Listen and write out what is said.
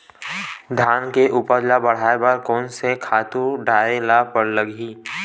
धान के उपज ल बढ़ाये बर कोन से खातु डारेल लगथे?